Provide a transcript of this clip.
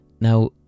Now